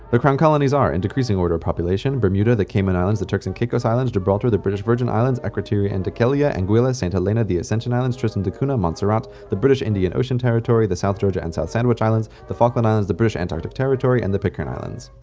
the crown colonies are, in decreasing order of population bermuda, the cayman islands, the and caicos islands, gibraltar, the british virgin islands, akrotiri and dhekelia, anguilla, saint helena, the ascension islands, tristan da cunha, montserrat, the british indian ocean territory, the south georgia and south sandwich islands, the falkland islands, the british antarctic territory, and the pitcairn islands.